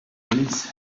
please